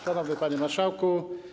Szanowny Panie Marszałku!